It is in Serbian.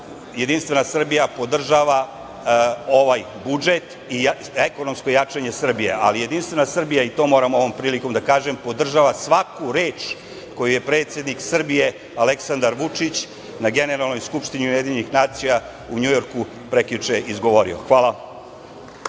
Jedinstvena Srbija podržava ovaj budžet i ekonomsko jačanje Srbije. Ali, Jedinstvena Srbija, i to moram ovom prilikom da kažem, podržava svaku reč koji je predsednik Srbije Aleksandar Vučić na Generalnoj skupštini ujedinjenih nacija u Njujorku prekjuče izgovorio. Hvala.